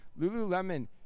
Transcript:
Lululemon